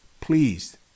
please